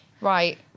Right